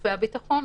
לגופי הביטחון.